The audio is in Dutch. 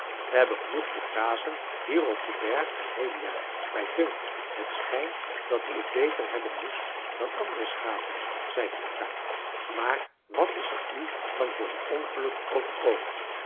we hebben genoeg te grazen hier op den berg het heele jaar mij dunkt het schijnt dat u t beter hebben moest dan andere schapen zeide akka maar wat is er u dan voor een ongeluk overkomen